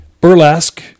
Burlesque